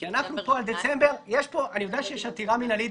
כי אנחנו פה עד דצמבר אני יודע שיש גם עתירה מינהלית